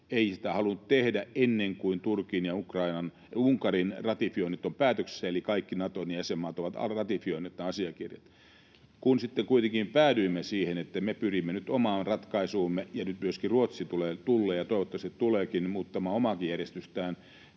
ei sitä halunnut tehdä ennen kuin Turkin ja Unkarin ratifioinnit ovat päätöksessä eli kaikki Naton jäsenmaat ovat ratifioineet nämä asiakirjat. Kun sitten kuitenkin päädyimme siihen, että me pyrimme nyt omaan ratkaisuumme, ja nyt myöskin Ruotsi tullee — ja toivottavasti tuleekin — muuttamaan omaakin järjestystään,